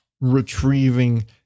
retrieving